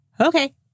okay